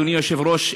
אדוני היושב-ראש,